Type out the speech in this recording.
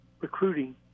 recruiting